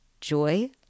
joy